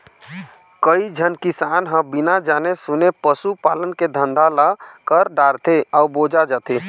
कइझन किसान ह बिना जाने सूने पसू पालन के धंधा ल कर डारथे अउ बोजा जाथे